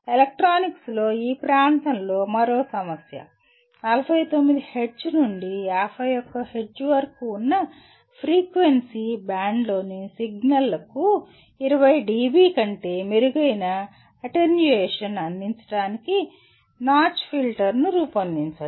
ఎలక్ట్రానిక్స్లో ఈ ప్రాంతంలో మరో సమస్య 49 హెర్ట్జ్ నుండి 51 హెర్ట్జ్ వరకు ఉన్న ఫ్రీక్వెన్సీ బ్యాండ్లోని సిగ్నల్లకు 20 డిబి కంటే మెరుగైన అటెన్యుయేషన్ అందించడానికి నాచ్ ఫిల్టర్ను రూపొందించండి